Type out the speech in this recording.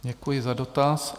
Děkuji za dotaz.